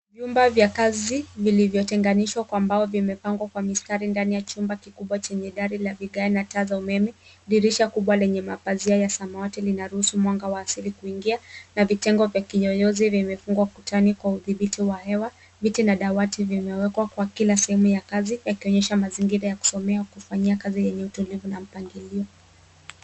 Vyumba vya kazi vilivyotenganishwa kwa mbao, vimepangwa kwa mistari ndani ya chumba kikubwa chenye dari la vigae na taa za umeme. Dirisha kubwa lenye mapazia ya samawati linaruhusu mwanga wa asili kuingia, na vitengo vya kinyonyozi vimefungwa ukutani kwa udhibiti wa hewa. Viti na dawati, vimewekwa kwa kila sehemu ya kazi, yakionyesha mazingira ya kusomea, kufanyia kazi yenye utulivu na mpangilio.